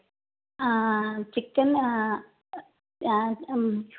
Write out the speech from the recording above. chicken ഉം